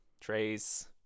trace